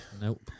nope